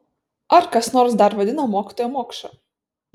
ar kas nors dar vadina mokytoją mokša